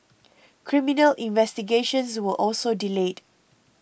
criminal investigations were also delayed